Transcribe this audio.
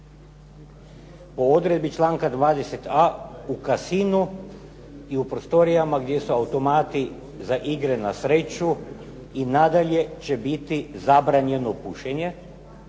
Po odredbi članka 20.a u kasinu i u prostorijama gdje su automati za igre na sreću i nadalje će biti zabranjeno pušenje,